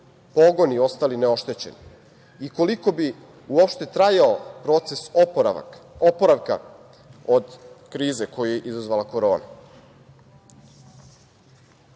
pogoni ostali neoštećeni? Koliko bi uopšte trajao proces oporavka od krize koju je izazvala korona? Za